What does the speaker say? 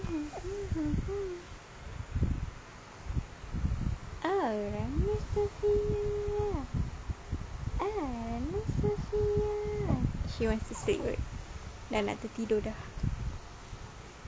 she wants to stay awake dah nak tertidur dah